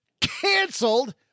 canceled